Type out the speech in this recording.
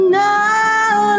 now